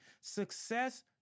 Success